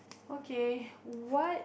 okay what